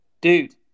dude